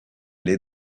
les